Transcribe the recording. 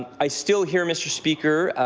i still hear, mr. speaker,